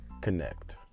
connect